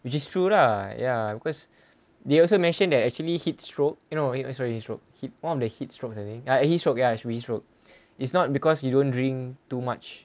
which is true lah ya cause they also mentioned that actually heatstroke eh no sorry not heatstroke on the heatstroke I think ah ya heatstroke ya heatstroke it's not because you don't drink too much